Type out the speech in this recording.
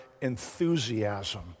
enthusiasm